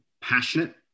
passionate